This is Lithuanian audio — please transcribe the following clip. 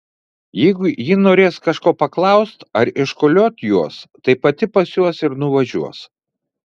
jeigu ji norės kažko paklaust ar iškoliot juos tai pati pas juos ir nuvažiuos